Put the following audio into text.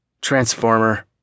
Transformer